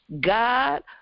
God